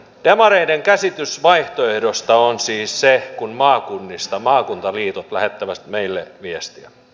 demareiden käsitys vaihtoehdosta on siis se kun maakunnista maakuntaliitot lähettävät meille viestiä